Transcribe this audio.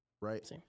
right